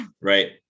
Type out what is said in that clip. Right